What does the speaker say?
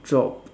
drop